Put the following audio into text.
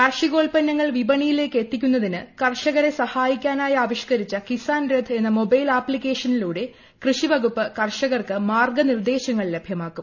കാർഷികോത്പന്നങ്ങൾ വിപണിയിലേക്ക് എത്തിക്കുന്നതിന് കർഷകരെ സഹായിക്കാനായി ആവിഷ്കരിച്ച കിസാൻ രഥ് എന്ന മൊബൈൽ ആപ്തിക്കേഷനിലൂടെ കൃഷി വകുപ്പ് കർഷകർക്ക് മാർഗ്ഗനിർദ്ദേശങ്ങൾ ലഭ്യമാക്കും